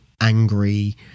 angry